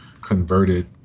converted